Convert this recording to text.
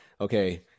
Okay